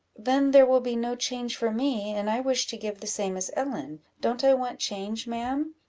then there will be no change for me, and i wish to give the same as ellen don't i want change, ma'am?